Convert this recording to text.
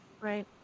Right